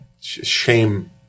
shame